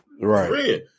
Right